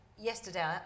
Yesterday